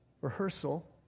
rehearsal